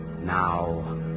Now